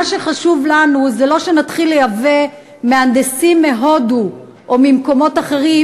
מה שחשוב לנו זה לא שנתחיל לייבא מהנדסים מהודו או ממקומות אחרים,